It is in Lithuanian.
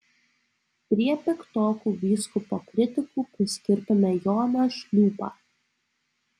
prie piktokų vyskupo kritikų priskirtume joną šliūpą